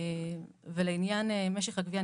לעניין משך הגבייה,